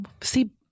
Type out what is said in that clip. see